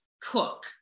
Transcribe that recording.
cook